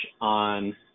on